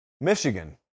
Michigan